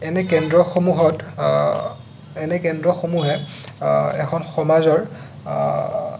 এনে কেন্দ্ৰসমূহত এনে কেন্দ্ৰসমূহে এখন সমাজৰ